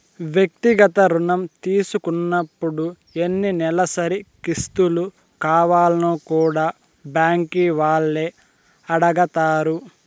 వ్యక్తిగత రుణం తీసుకున్నపుడు ఎన్ని నెలసరి కిస్తులు కావాల్నో కూడా బ్యాంకీ వాల్లే అడగతారు